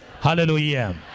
Hallelujah